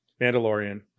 Mandalorian